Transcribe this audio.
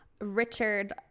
Richard